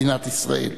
מדינת ישראל.